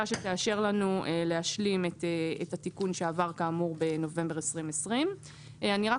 שתאשר לנו להשלים את התיקון שעבר בנובמבר 2020. אני רק